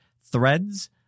Threads